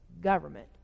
government